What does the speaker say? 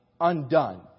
undone